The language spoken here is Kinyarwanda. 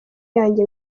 yanjye